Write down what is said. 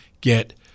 get –